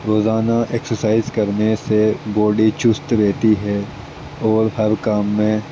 روزانہ ایکسرسائز کرنے سے باڈی چست رہتی ہے اور ہر کام میں